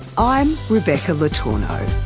i'm rebecca le tourneau